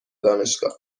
دانشگاه